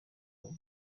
ubu